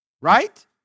right